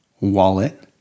wallet